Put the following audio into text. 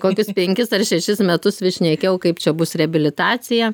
kokius penkis ar šešis metus vis šnekėjau kaip čia bus reabilitacija